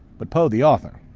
but poe the author.